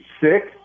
six